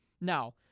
Now